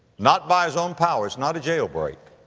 not by his own power it's not a jailbreak.